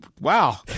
Wow